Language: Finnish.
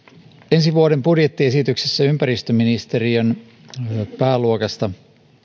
ensi vuoden budjettiesityksessä ympäristöministeriön pääluokassa